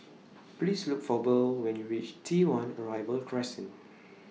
Please Look For Burl when YOU REACH T one Arrival Crescent